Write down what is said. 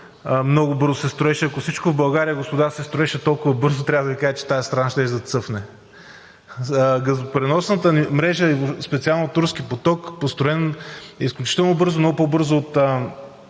Много бързо се строеше и ако всичко в България, господа, се строеше толкова бързо, трябва да Ви кажа, че тази страна щеше да цъфне. Газопреносната мрежа – и специално „Турски поток“, построен изключително бързо, много по-бързо от